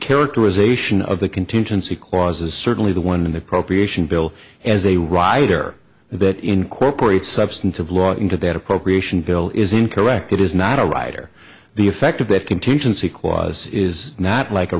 characterization of the contingency clause is certainly the one in the appropriation bill as a rider that incorporates substantive law into that appropriation bill is incorrect it is not a rider the effect of that contingency clause is not like a